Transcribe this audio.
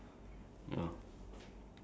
on the bottom left